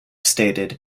stated